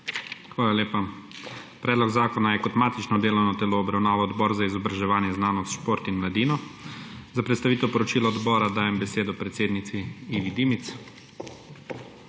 Hvala lepa. Predlog zakona je kot matično delovno telo obravnaval Odbor za izobraževanje, znanost, šport in mladino. Za predstavitev poročila odbora dajem besedo predsednici Ivi Dimic.